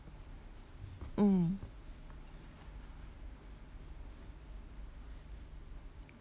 mm